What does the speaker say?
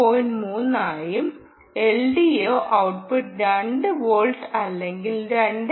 3 ആയും LDO output 2 volt അല്ലെങ്കിൽ 2